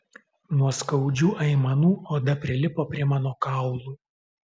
nuo skaudžių aimanų oda prilipo prie mano kaulų